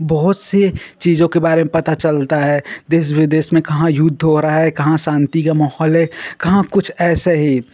बहुत सी चीज़ों के बारे में पता चलता है देश विदेश में कहाँ युद्ध हो रहा है कहाँ शान्ति का माहौल है कहाँ कुछ ऐसे ही